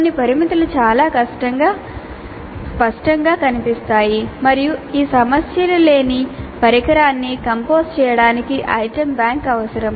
కొన్ని పరిమితులు చాలా స్పష్టంగా కనిపిస్తాయి మరియు ఈ సమస్యలు లేని పరికరాన్ని కంపోజ్ చేయడానికి ఐటెమ్ బ్యాంక్ అవసరం